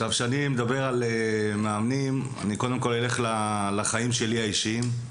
כשאני מדבר על מאמנים אני קודם כל אלך לחיים שלי האישיים.